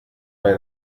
bei